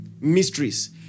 mysteries